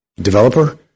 developer